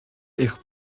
eich